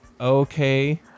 okay